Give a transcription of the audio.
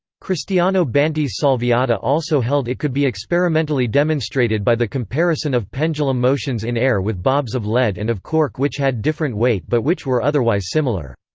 cristiano banti's salviati also held it could be experimentally demonstrated by the comparison of pendulum motions in air with bobs of lead and of cork which had different weight but which were otherwise similar.